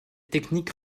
technique